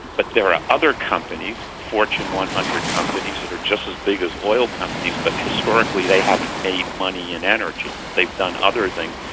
but there are other companies, fortune one hundred companies that are just as big as oil companies but historically they haven't made money in energy, they've done other things,